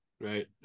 Right